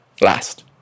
last